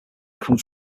comes